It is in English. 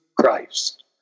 christ